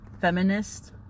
feminist